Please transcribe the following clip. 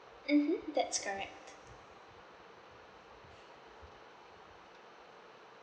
mmhmm that's correct